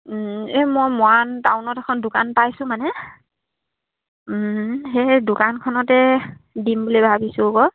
এই মই মৰান টাউনত এখন দোকান পাইছোঁ মানে সেই দোকানখনতে দিম বুলি ভাবিছোঁ আকৌ